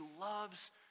loves